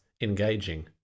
engaging